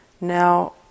Now